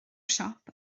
siop